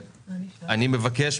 יש שני נושאים